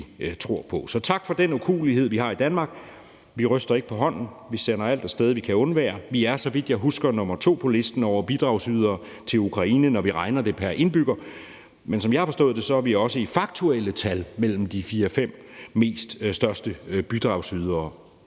tror på. Så tak for den ukuelighed, vi har i Danmark. Vi ryster ikke på hånden. Vi sender alt af sted, vi kan undvære. Vi er, så vidt jeg husker, nr. 2 på listen over bidragsydere til Ukraine, når vi regner det ud pr. indbygger. Men som jeg har forstået det, er vi også i faktuelle tal mellem de fire-fem største bidragsydere